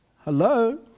Hello